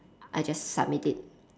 I just submit it